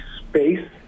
space